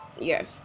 Yes